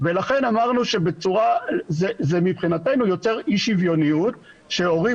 ולכן אמרנו שמבחינתנו זה יוצר אי שוויוניות שהורים